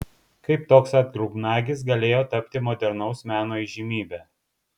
kaip toks atgrubnagis galėjo tapti modernaus meno įžymybe